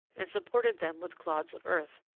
and supported them with clods of earth,